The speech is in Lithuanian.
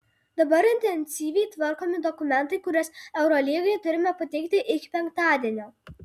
dabar intensyviai tvarkomi dokumentai kuriuos eurolygai turime pateikti iki penktadienio